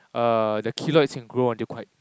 uh the keloids can grow until quite